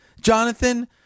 Jonathan